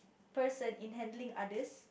person in handling others